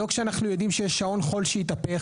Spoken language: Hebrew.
לא כשאנחנו יודעים שיש שעון חול שהתהפך,